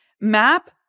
Map